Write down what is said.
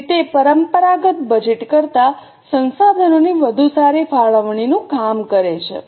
તેથી તે પરંપરાગત બજેટ કરતા સંસાધનોની વધુ સારી ફાળવણીનું કામ કરે છે